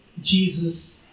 Jesus